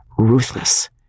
Ruthless